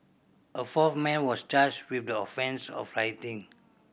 a fourth man was charged with the offence of rioting